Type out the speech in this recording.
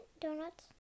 donuts